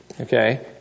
Okay